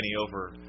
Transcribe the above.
over